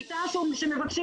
את אומרת